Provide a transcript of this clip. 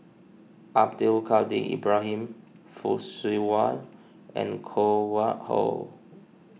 Abdul Kadir Ibrahim Fock Siew Wah and Koh Nguang How